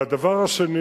והדבר השני